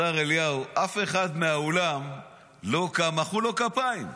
השר אליהו, אף אחד באולם לא קם, מחאו לו כפיים.